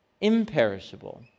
imperishable